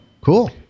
cool